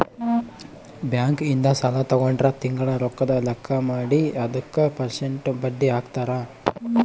bank ಇಂದ ಸಾಲ ತಗೊಂಡ್ರ ತಿಂಗಳ ರೊಕ್ಕದ್ ಲೆಕ್ಕ ಮಾಡಿ ಅದುಕ ಪೆರ್ಸೆಂಟ್ ಬಡ್ಡಿ ಹಾಕ್ತರ